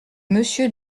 monsieur